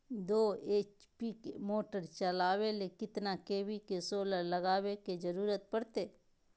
दो एच.पी के मोटर चलावे ले कितना के.वी के सोलर लगावे के जरूरत पड़ते?